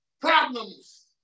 problems